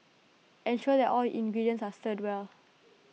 ensure that all ingredients are stirred well